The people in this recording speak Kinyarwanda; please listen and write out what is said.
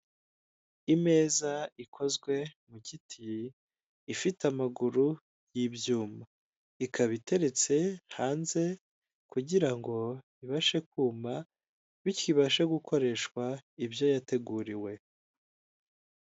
Imeza ikozwe mu giti ifite amaguru y'ibyuma, ikaba iteretse hanze kugira ngo ibashe kuma bityo ibashe gukoreshwa ibyo yateguriwe.